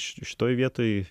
šitoje vietoj